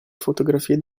fotografie